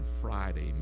friday